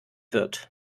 wird